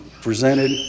presented